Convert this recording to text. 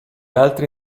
altri